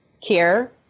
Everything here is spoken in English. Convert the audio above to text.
care